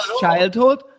childhood